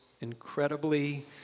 incredibly